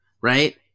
Right